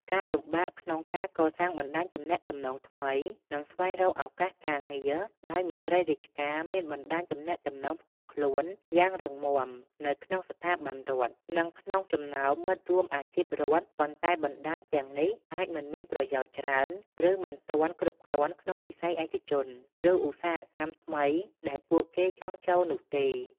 ការលំបាកក្នុងការកសាងបណ្តាញទំនាក់ទំនងថ្មី និងស្វែងរកឱកាសការងារដោយមន្ត្រីរាជការមានបណ្តាញទំនាក់ទំនងផ្ទាល់ខ្លួនយ៉ាងរឹងមាំនៅក្នុងស្ថាប័នរដ្ឋ និងក្នុងចំណោមមិត្តរួមអាជីពរដ្ឋ ប៉ុន្តែបណ្តាញទាំងនេះអាចមិនមានប្រយោជន៍ច្រើន ឬមិនទាន់គ្រប់គ្រាន់ក្នុងវិស័យឯកជន ឬឧស្សាហកម្មថ្មីដែលពួកគេចង់ចូលនោះទេ។